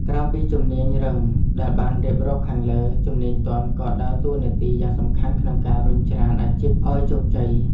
ក្រៅពីជំនាញរឹងដែលបានរៀបរាប់ខាងលើ ជំនាញទន់ក៏ដើរតួនាទីយ៉ាងសំខាន់ក្នុងការរុញច្រានអាជីពឱ្យជោគជ័យ។